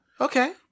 Okay